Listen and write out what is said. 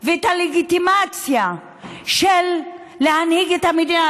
ואת הלגיטימציה להנהיג את המדינה.